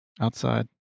outside